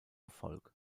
erfolg